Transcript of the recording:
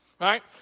Right